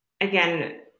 again